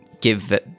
give